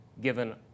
given